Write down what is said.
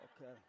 Okay